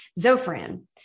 Zofran